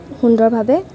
সুন্দৰভাৱে